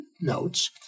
notes